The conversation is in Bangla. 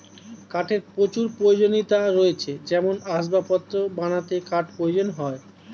কাঠের প্রচুর প্রয়োজনীয়তা রয়েছে যেমন আসবাবপত্র বানাতে কাঠ প্রয়োজন হয়